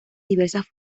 diversas